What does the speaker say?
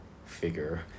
figure